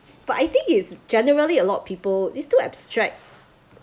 but I think is generally a lot of people it's too abstract